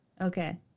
Okay